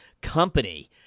Company